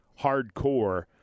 hardcore